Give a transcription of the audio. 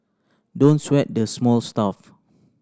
don't sweat the small stuff